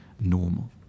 normal